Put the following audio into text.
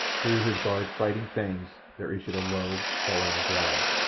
through his bared fighting fangs there issued a low, sullen growl.